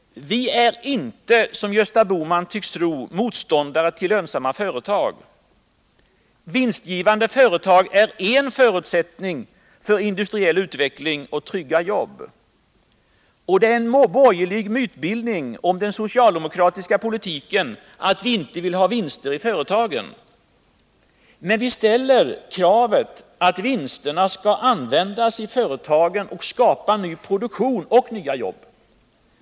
Vi är inte, som Gösta Bohman tycks tro, motståndare till lönsamma företag. Vinstgivande företag är en förutsättning för industriell utveckling och trygga jobb. Det är en borgerlig mytbildning om den socialdemokratiska politiken att vi inte vill ha vinster i företagen. Men vi ställer kravet att vinsterna skall användas i företagen och skapa ny produktion och nya jobb.